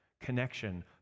connection